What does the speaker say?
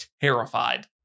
terrified